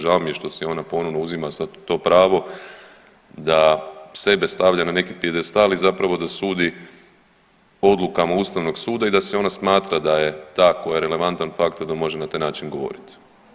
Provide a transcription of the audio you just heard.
Žao mi je što si ona ponovno uzima sada to pravo da sebe stavlja na neki pijedestal i zapravo dosudi odlukama Ustavnog suda i da se ona smatra da je ta koja je relevantan faktor da može na taj način govoriti.